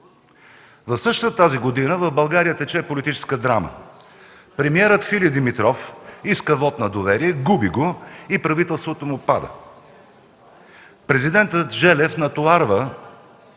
В същата тази година в България тече политическа драма. Премиерът Филип Димитров иска вот на доверие, губи го и правителството му пада. Президентът Желев натоварва